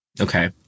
Okay